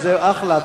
שזה אחלה,